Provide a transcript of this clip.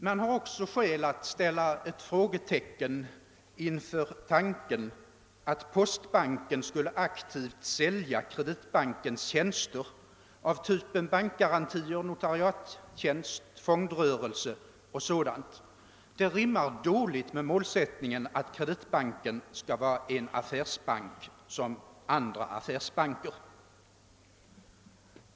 Man har också skäl att sätta ett frågetecken för tanken, att postbanken skulle aktivt sälja Kreditbankens tjänster av typen bankgarantier, notariattjänster, fondrörelse o.s.v. Det rimmar dåligt med målsättningen att Kreditbanken skall vara en affärsbank bland andra affärsbanker.